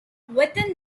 within